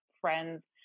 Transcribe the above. friends